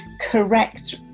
correct